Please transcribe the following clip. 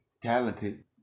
talented